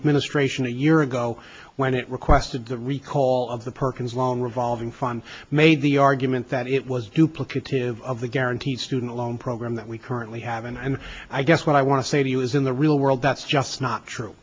administration a year ago when it the recall of the perkins loan revolving fund made the argument that it was duplicative of the guaranteed student loan program that we currently have and i guess what i want to say to you is in the real world that's just not true